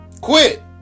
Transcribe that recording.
Quit